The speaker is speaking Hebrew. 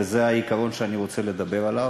וזה העיקרון שאני רוצה לדבר עליו.